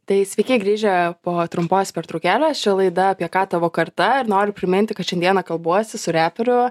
tai sveiki grįžę po trumpos pertraukėlės čia laida apie ką tavo karta ir noriu priminti kad šiandieną kalbuosi su reperiu